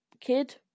kid